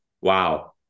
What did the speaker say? Wow